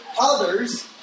others